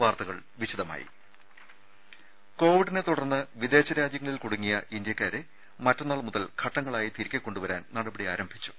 വാർത്തകൾ വിശദമായി കോവിഡിനെ തുടർന്ന് വിദേശ രാജ്യങ്ങളിൽ കുടുങ്ങിയ ഇന്ത്യക്കാരെ മറ്റന്നാൾ മുതൽ ഘട്ടങ്ങളായി തിരികെ കൊണ്ടുവരാൻ നടപടി ആരംഭിച്ചു